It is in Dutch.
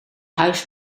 huis